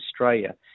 Australia